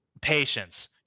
patience